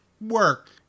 work